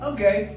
Okay